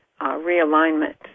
realignment